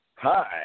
hi